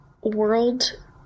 world